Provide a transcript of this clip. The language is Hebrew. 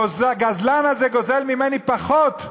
הגזלן הזה גוזל ממני פחות.